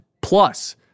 Plus